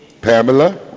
Pamela